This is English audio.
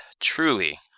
truly